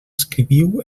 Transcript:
escriviu